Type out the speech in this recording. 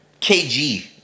KG